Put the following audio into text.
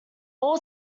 all